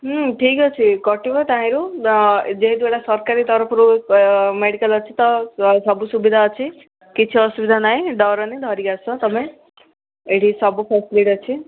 ହୁଁ ଠିକ୍ ଅଛି କଟିବ ତାହିଁରୁ ଯେହେତୁ ଏଇଟା ସରକାରୀ ତରଫରୁ ମେଡ଼ିକାଲ୍ ଅଛି ତ ସବୁ ସୁବିଧା ଅଛି କିଛି ଅସୁବିଧା ନାହିଁ ଡରନି ଧରିକି ଆସ ତୁମେ ଏଇଠି ସବୁ ଫାସିଲିଟି ଅଛି